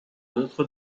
notre